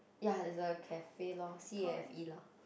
ya there's a cafe lor C_A_F_E lor